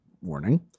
Warning